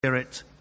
Spirit